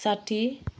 साठी